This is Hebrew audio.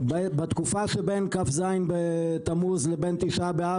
בתקופה שבין כ"ז לתמוז לבין תשעה באב